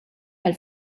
għal